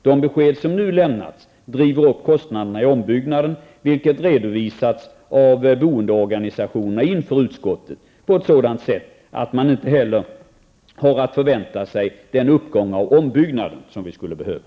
De besked som nu lämnats driver upp kostnaderna i ombyggnaden, vilket redovisats av boendeorganisationerna inför utskottet. Det sker på ett sådant sätt att man inte heller har att förvänta sig den uppgång av ombyggnaden som vi skulle behöva.